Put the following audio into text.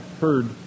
heard